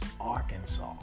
Arkansas